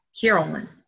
Carolyn